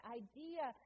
idea